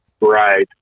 Right